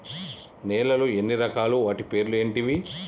నేలలు ఎన్ని రకాలు? వాటి పేర్లు ఏంటివి?